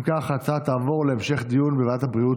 אם כך, ההצעה תעבור לוועדת הבריאות